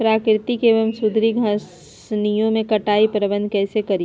प्राकृतिक एवं सुधरी घासनियों में कटाई प्रबन्ध कैसे करीये?